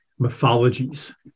mythologies